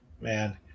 Man